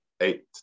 eight